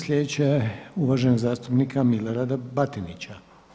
Sljedeća je uvaženog zastupnika Milorada Batinića.